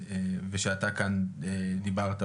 ושאתה כאן דיברת עודד.